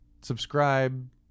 Subscribe